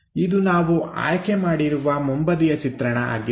ಇದು ನಾವು ಆಯ್ಕೆ ಮಾಡಿರುವ ಮುಂಬದಿಯ ಚಿತ್ರಣ ಆಗಿದೆ